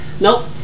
Nope